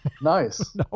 Nice